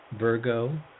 Virgo